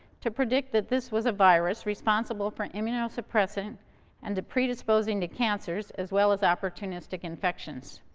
to predict that this was a virus responsible for immunosuppressant and to predisposing to cancers, as well as opportunistic infections.